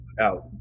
out